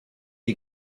you